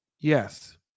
Yes